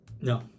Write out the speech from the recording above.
No